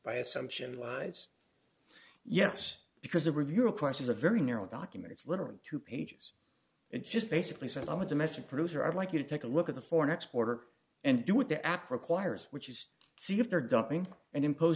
by assumption lies yes because the review of course is a very narrow document it's literally two pages it just basically says i'm a domestic producer i'd like you to take a look at the for next quarter and do what the act requires which is see if they're dumping and impose